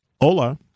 Ola